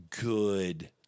good